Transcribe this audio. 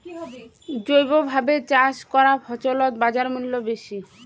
জৈবভাবে চাষ করা ফছলত বাজারমূল্য বেশি